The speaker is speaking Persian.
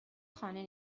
خانه